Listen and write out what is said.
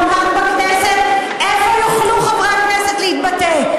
אם לא כאן בכנסת, איפה יוכלו חברי הכנסת להתבטא?